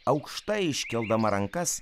aukštai iškeldama rankas